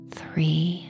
three